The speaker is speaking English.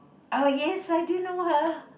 oh yes I do know her